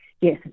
Yes